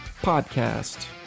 Podcast